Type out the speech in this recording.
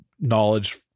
knowledge